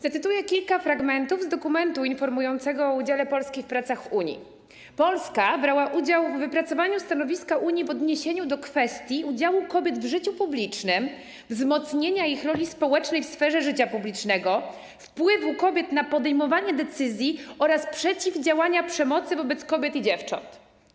Zacytuję kilka fragmentów z dokumentu informującego o udziale polskich pracach w Unii: Polska brała udział w wypracowaniu stanowiska Unii w odniesieniu do kwestii udziału kobiet w życiu publicznym, wzmocnienia ich roli społecznej w sferze życia publicznego, wpływu kobiet na podejmowanie decyzji oraz przeciwdziałania przemocy wobec kobiet i dziewcząt.